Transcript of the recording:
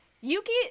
Yuki